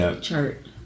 chart